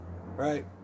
right